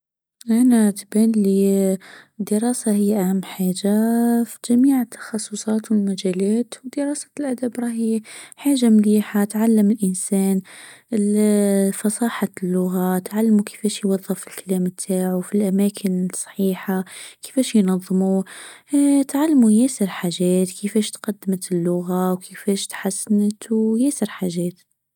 انا تبانلى الدراسة هي أهم حاجة في جميع التخصصات والمجالات ودراسة الأدب راهي حاجة مليحة تعلم الإنسان الصفاحة اللغة تعلمه كيفاش يوظف الكلام تاعو في الأماكن الصحيحة كيفاش ينظموه تعلموا ياسر حاجات كيفاش تقدمت اللغة وكيفاش تحسنت وياسر حاجات.